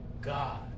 God